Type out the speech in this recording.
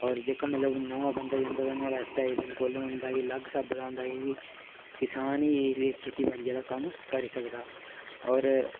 होर जेह्का मतलब नमां बन्दा जन्दा ते नोहाड़ा आस्तै एह् बिल्कुल होंदा कि अलग स्हाबें दा होंदा क्योंकि किसान ही एह् खेती बाड़ियै दा कम्म करी सकदा होर